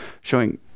showing